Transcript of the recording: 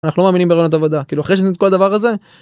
אנחנו לא מאמינים בראיונות עבודה. כאילו אחרי שעשינו את כל הדבר הזה?